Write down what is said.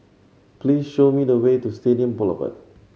please show me the way to Stadium Boulevard